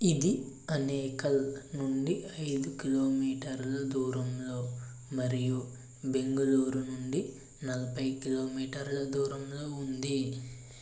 ఇది అనేకల్ నుండి ఐదు కిలోమీటర్లు దూరంలో మరియు బెంగళూరు నుండి నలభై కిలోమీటర్ల దూరంలో ఉంది